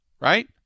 right